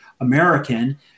American